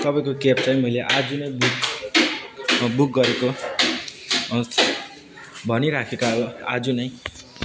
तपाईँको क्याब चाहिँ मैले आज नै बुक बुक गरेको भनिराखेका अब आज नै